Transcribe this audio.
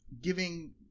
giving